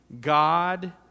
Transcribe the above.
God